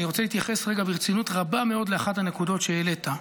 אני רוצה להתייחס רגע ברצינות רבה מאוד לאחת הנקודות שהעלית.